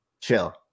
chill